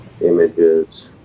images